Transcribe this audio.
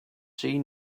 seen